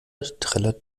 trällert